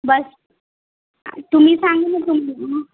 बस तुम्ही सांगा